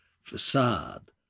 facade